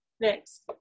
next